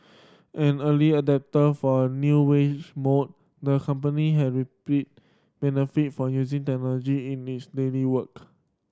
an early adopter for the new wage more the company has reaped benefit from using technology in its daily work